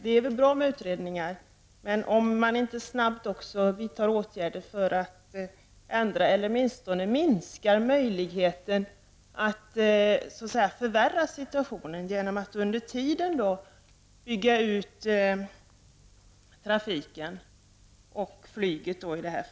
Det är bra med utredningar, men man måste också snabbt vidta åtgärder för att ändra eller åtminstone minska möjligheten att förvärra situationen, genom att under tiden inte bygga ut trafik och i det här fallet flyget.